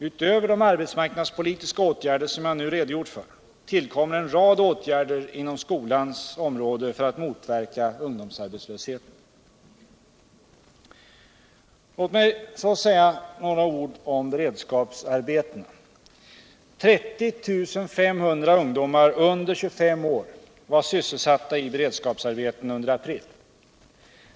Utöver de arbetsmarknadspolitiska åtgärder som jag nu redogjort för tillkommer en rad åtgärder inom skolans område för att motverka ungdomsarbetslösheten. Låt mig så säga några ord om beredskapsarbetena. 30 500 ungdomar under 25 år var sysselsatta i beredskapsarbeten under april.